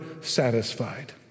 satisfied